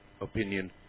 opinion